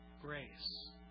Grace